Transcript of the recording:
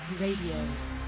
Radio